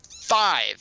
five